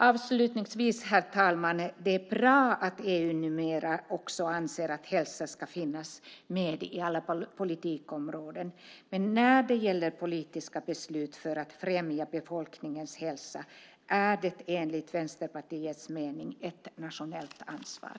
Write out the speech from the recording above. Avslutningsvis: Det är bra att EU numera anser att hälsan ska finnas med på alla politikområden. Men politiska beslut för att främja befolkningens hälsa är enligt Vänsterpartiets mening ett nationellt ansvar.